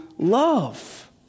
love